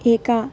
एकः